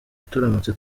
turamutse